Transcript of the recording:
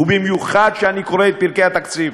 ובמיוחד כשאני קורא את פרקי התקציב,